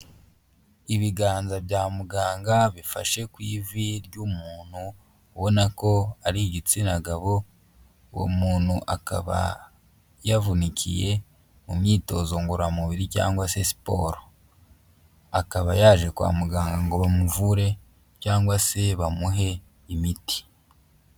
Ibiganza bya muganga bifashe ku ivi ry'umuntu ubona ko ari igitsina gabo, uwo muntu akaba yavunikiye mu myitozo ngororamubiri cyangwa se siporo. Akaba yaje kwa muganga ngo bamuvure cyangwa se bamuhe imiti.